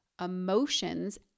emotions